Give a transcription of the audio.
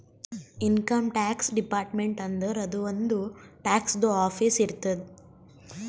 income tax department ಅಂದುರ್ ಅದೂ ಒಂದ್ ಟ್ಯಾಕ್ಸದು ಆಫೀಸ್ ಇರ್ತುದ್